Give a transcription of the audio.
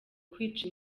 kwica